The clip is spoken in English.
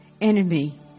Enemy